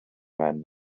man